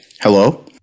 Hello